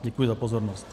Děkuji za pozornost.